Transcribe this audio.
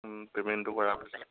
পে'মেণ্টটো কৰা হ'লে